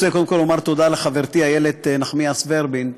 אני רוצה קודם כול לומר תודה לחברתי איילת נחמיאס ורבין,